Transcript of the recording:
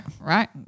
Right